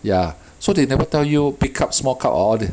ya so they never tell you pick up small cup all that